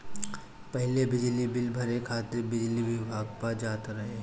पहिले बिजली बिल भरे खातिर बिजली विभाग पअ जात रहे